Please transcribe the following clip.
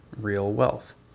realwealth